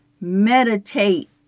meditate